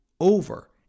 over